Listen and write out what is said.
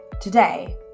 Today